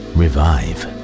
revive